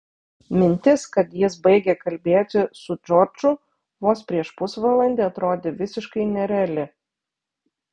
mintis kad jis baigė kalbėti su džordžu vos prieš pusvalandį atrodė visiškai nereali